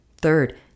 Third